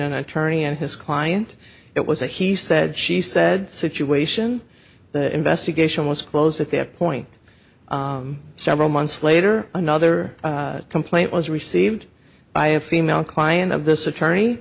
an attorney and his client it was a he said she said situation the investigation was closed at that point several months later another complaint was received by a female client of this attorney